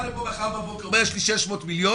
לפה מחר בבוקר אומר: יש לי 600 מיליון,